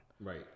Right